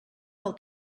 del